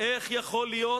איך יכול להיות